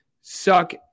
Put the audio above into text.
suck